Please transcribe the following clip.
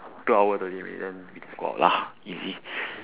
two hour thirty minutes then we go out lah easy